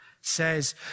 says